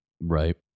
Right